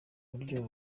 buryo